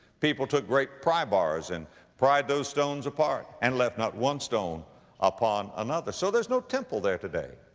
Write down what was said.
people took great pry bars and pried those stones apart and left not one stone upon another. so there's no temple there today.